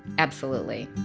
absolutely.